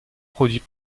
produit